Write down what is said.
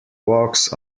walks